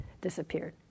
disappeared